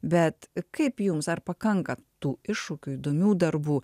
bet kaip jums ar pakanka tų iššūkių įdomių darbų